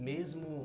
Mesmo